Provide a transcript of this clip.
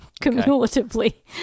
cumulatively